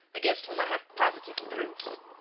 against whom i have positive proofs,